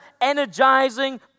energizing